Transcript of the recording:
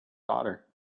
daughter